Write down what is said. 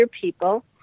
people